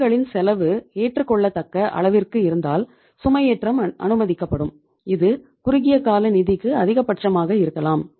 நிதிகளின் செலவு ஏற்றுக்கொள்ளத்தக்க அளவிற்கு இருந்தால் சுமையேற்றம் அனுமதிக்கப்படும் இது குறுகிய கால நிதிக்கு அதிகபட்சமாக இருக்கலாம்